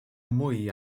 mwy